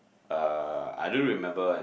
uh I do remember one